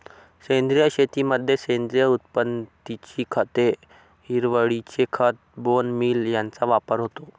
सेंद्रिय शेतीमध्ये सेंद्रिय उत्पत्तीची खते, हिरवळीचे खत, बोन मील यांचा वापर होतो